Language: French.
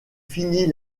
finit